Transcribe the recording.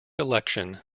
election